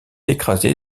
écrasé